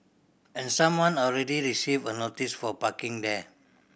and someone already received a notice for parking there